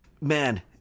man